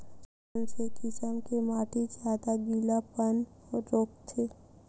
कोन से किसम के माटी ज्यादा गीलापन रोकथे?